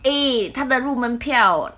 eh 他的入门票